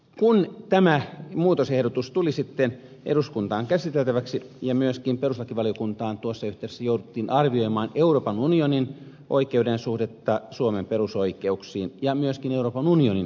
kun tämä muutosehdotus tuli sitten eduskuntaan käsiteltäväksi ja myöskin perustuslakivaliokuntaan tuossa yhteydessä jouduttiin arvioimaan euroopan unionin oikeuden suhdetta suomen perusoikeuksiin ja myöskin euroopan unionin perusoikeuksiin